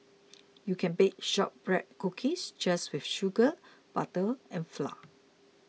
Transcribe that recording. you can bake Shortbread Cookies just with sugar butter and flour